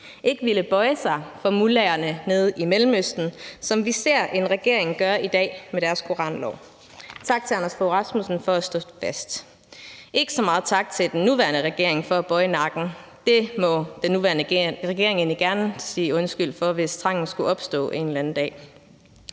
ville ikke bøje sig for mullaherne nede i Mellemøsten, som vi ser en regering gøre i dag med deres koranlov. Tak til hr. Anders Fogh Rasmussen for at stå fast. Ikke så meget tak til den nuværende regering for at bøje nakken, og det må den nuværende regering egentlig gerne sige undskyld for, hvis trangen skulle opstå en eller anden dag.